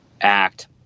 act